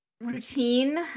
routine